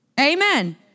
Amen